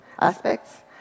aspects